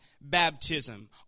baptism